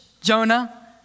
Jonah